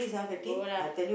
go lah